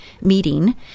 meeting